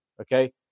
okay